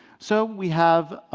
so we have